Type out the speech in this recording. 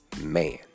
man